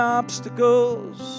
obstacles